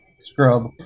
Scrub